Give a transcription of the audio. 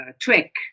Trick